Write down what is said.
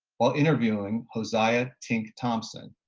while interviewing josiah tink thompson,